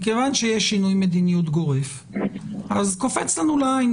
מכיוון שיש שינוי מדיניות גורף אז קופצת לנו לעין